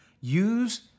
Use